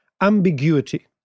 ambiguity